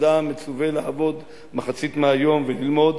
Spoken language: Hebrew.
אדם מצווה לעבוד מחצית מהיום וללמוד,